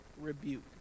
rebuke